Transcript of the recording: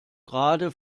gerade